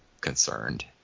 concerned